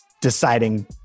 deciding